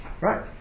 Right